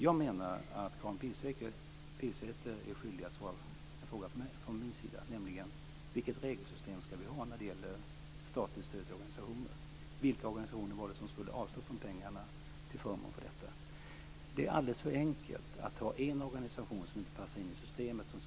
Jag menar att Karin Pilsäter är skyldig att svara på en fråga från mig, nämligen vilket regelsystem som vi ska ha för statligt stöd till organisationer. Vilka organisationer ska avstå från pengar till förmån för detta? Det är alldeles för enkelt att ta in en organisation som inte passar in i systemet.